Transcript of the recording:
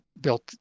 built